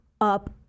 up